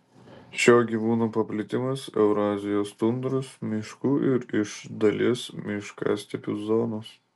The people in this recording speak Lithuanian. šio gyvūno paplitimas eurazijos tundros miškų ir iš dalies miškastepių zonos